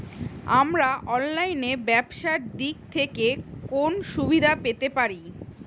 আমরা অনলাইনে ব্যবসার দিক থেকে কোন সুবিধা পেতে পারি?